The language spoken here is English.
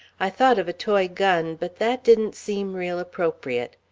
i thought of a toy gun but that didn't seem real appropriate.